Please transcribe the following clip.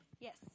Yes